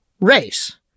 race